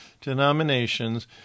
denominations